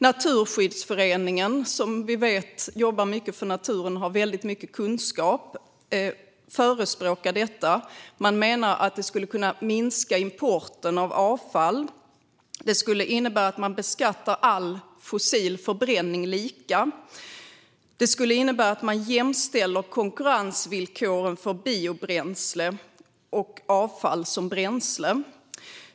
Naturskyddsföreningen, som jobbar mycket för naturen och har stor kunskap, förespråkar detta. Man menar att det skulle kunna minska importen av avfall. Det skulle innebära att all fossil förbränning beskattas lika. Det skulle innebära att man jämställer konkurrensvillkoren för biobränsle och avfall som bränsle.